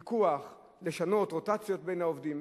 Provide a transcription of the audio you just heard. פיקוח, לשנות, רוטציות בין העובדים.